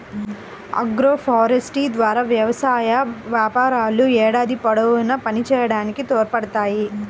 agroforestry ద్వారా వ్యవసాయ వ్యాపారాలు ఏడాది పొడవునా పనిచేయడానికి తోడ్పడతాయి